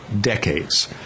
decades